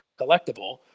collectible